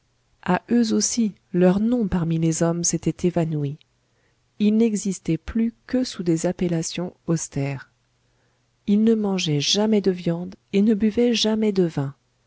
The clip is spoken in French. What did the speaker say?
à eux aussi leur nom parmi les hommes s'était évanoui ils n'existaient plus que sous des appellations austères ils ne mangeaient jamais de viande et ne buvaient jamais de vin